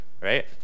right